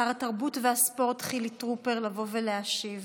שר התרבות והספורט חילי טרופר, לבוא ולהשיב.